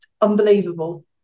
unbelievable